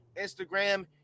Instagram